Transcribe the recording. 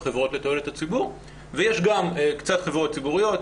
חברות לתועלת הציבור ויש גם קצת חברות ציבוריות,